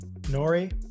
Nori